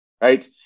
right